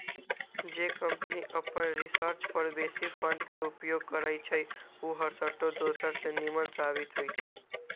जे कंपनी अप्पन रिसर्च पर बेशी फंड के उपयोग करइ छइ उ हरसठ्ठो दोसर से निम्मन साबित होइ छइ